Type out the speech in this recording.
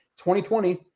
2020